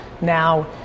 now